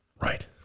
Right